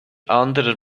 anderer